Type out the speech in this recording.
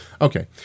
Okay